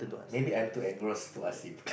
maybe I'm too engrossed to ask you